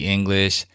English